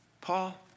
Paul